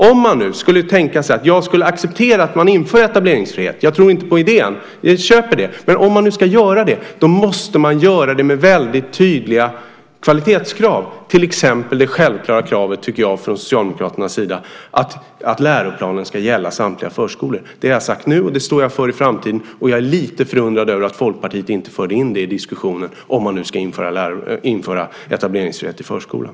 Om man skulle tänka sig att jag skulle acceptera att man inför etableringsfrihet - jag tror inte på idén - måste man göra det med väldigt tydliga kvalitetskrav, till exempel det självklara kravet, tycker jag från Socialdemokraternas sida, att läroplanen ska gälla samtliga förskolor. Det har jag sagt nu, och det står jag för i framtiden. Jag är lite förundrad över att Folkpartiet inte förde in det i diskussionen, om man nu ska införa etableringsfrihet i förskolan.